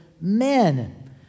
men